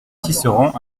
tisserand